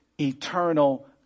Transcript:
eternal